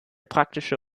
praktische